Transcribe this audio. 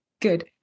good